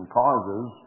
causes